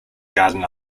garden